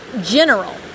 general